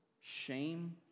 shame